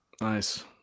Nice